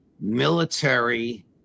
military